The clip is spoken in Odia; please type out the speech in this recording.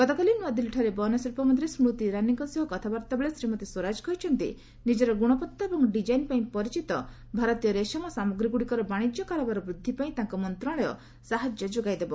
ଗତକାଲି ନୂଆଦିଲ୍ଲୀଠାରେ ବୟନଶିଳ୍ପମନ୍ତ୍ରୀ ସ୍କୁତି ଇରାନୀଙ୍କ କଥାବାର୍ଭାବେଳେ ଶ୍ରୀମତୀ ସ୍ୱରାଜ କହିଛନ୍ତି ନିଜର ଗୁଣବତ୍ତା ଏବଂ ଡିଜାଇନ ପାଇଁ ପରିଚିତ ଭାରତୀୟ ରେଶମ ସାମଗ୍ରୀଗୁଡିକର ବାଣିଜ୍ୟ କାରବାର ବୃଦ୍ଧି ପାଇଁ ତାଙ୍କ ମନ୍ତ୍ରଶାଳୟ ସାହାଯ୍ୟ ଯୋଗାଇଦେବ